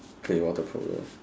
play water polo